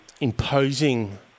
imposing